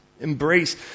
embrace